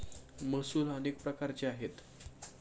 महसूल अनेक प्रकारचे आहेत